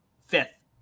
fifth